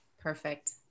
Perfect